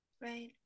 Right